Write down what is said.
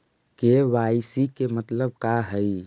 KYC के मतलब का हई?